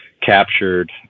captured